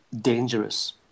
dangerous